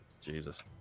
Jesus